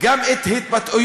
גם את ההתבטאויות